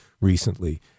recently